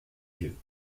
yeux